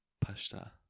Pasta